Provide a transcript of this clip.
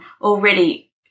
Already